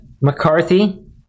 McCarthy